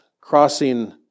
crossing